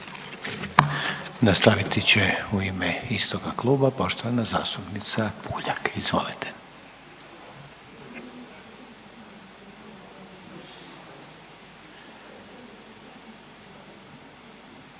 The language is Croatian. Nastaviti će u ime istoga kluba poštovana zastupnica Puljak, izvolite.